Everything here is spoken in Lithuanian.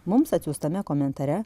mums atsiųstame komentare